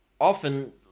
often